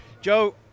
Joe